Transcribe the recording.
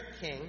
king